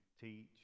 teach